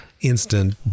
instant